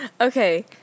Okay